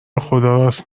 بخداراست